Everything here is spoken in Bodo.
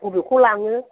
बबेखौ लाङो